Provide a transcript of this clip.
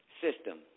system